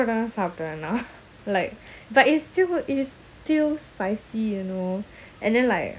ya சாப்பிடுவேன்நான்:sapduven nan like but it's still it's still spicy you know and then like